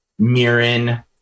mirin